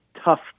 tough